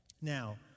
Now